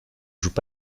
jouent